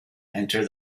enter